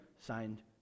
signed